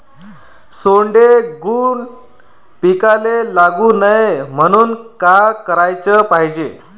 सोंडे, घुंग पिकाले लागू नये म्हनून का कराच पायजे?